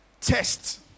test